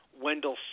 Wendell